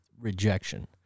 rejection